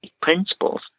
principles